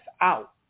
out